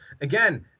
again